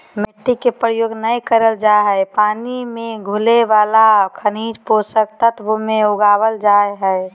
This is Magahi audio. मिट्टी के प्रयोग नै करल जा हई पानी मे घुले वाला खनिज पोषक तत्व मे उगावल जा हई